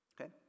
Okay